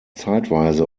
zeitweise